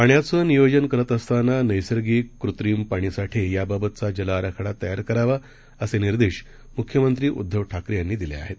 पाण्याचंनियोजनकरतअसतानानैसर्गिक कृत्रिमपाणीसाठेयाबाबतचाजलआराखडातयारकरावा असेनिर्देशमुख्यमंत्रीउद्धवठाकरेयांनीदिलेआहेत